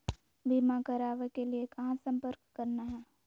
बीमा करावे के लिए कहा संपर्क करना है?